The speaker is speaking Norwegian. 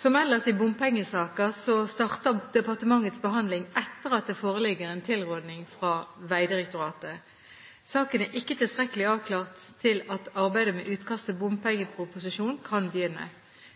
Som ellers i bompengesaker starter departementets behandling etter at det foreligger en tilråding fra Vegdirektoratet. Saken er ikke tilstrekkelig avklart til at arbeidet med utkast til bompengeproposisjon kan begynne.